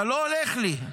אתה לא הולך לי.